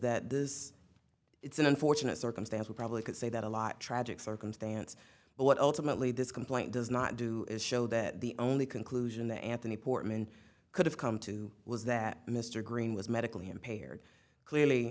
that this it's an unfortunate circumstance we probably could say that a lot tragic circumstance but what ultimately this complaint does not do is show that the only conclusion the anthony portman could have come to was that mr green was medically impaired clearly